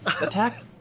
attack